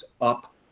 up